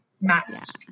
Matt's